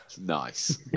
Nice